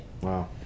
Wow